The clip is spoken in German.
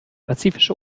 pazifische